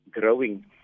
growing